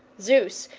zeus,